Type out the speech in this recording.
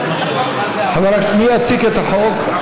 מי יציג את החוק?